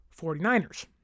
49ers